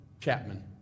Chapman